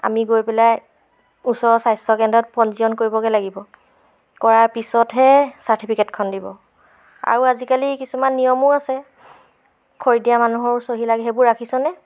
আমি গৈ পেলাই ওচৰৰ স্বাস্থ্য কেন্দ্ৰত পঞ্জীয়ন কৰিবগৈ লাগিব কৰাৰ পিছতহে চাৰ্টিফিকেটখন দিব আৰু আজিকালি কিছুমান নিয়মো আছে খৰি দিয়া মানুহৰো চহী লাগে সেইবোৰ ৰাখিছনে